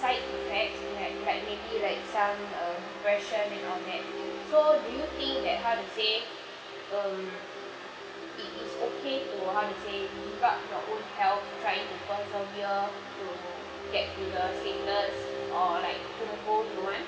side effects that like maybe like some um depression and all that so do you think that how to say um it is okay to how to say give up your own health trying to persevere to get to the status or like